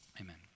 Amen